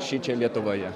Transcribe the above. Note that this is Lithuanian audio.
šičia lietuvoje